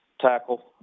tackle